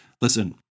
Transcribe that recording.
Listen